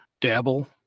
dabble